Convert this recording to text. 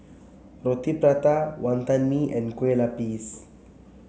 Roti Prata Wantan Mee and Kue Lupis